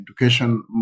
education